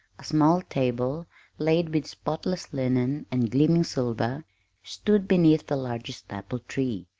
a small table laid with spotless linen and gleaming silver stood beneath the largest apple-tree,